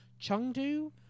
Chengdu